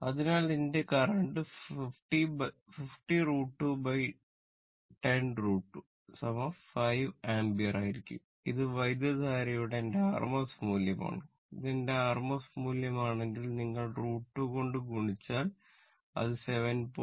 അതിനാൽ എന്റെ current 50 √ 210 √ 2 5 ampere ആയിരിക്കും ഇത് വൈദ്യുതധാരയുടെ എന്റെ rms മൂല്യമാണ് ഇത് എന്റെ RMS മൂല്യം ആണെങ്കിൽ നിങ്ങൾ √ 2 കൊണ്ട് ഗുണിച്ചാൽ അത് 7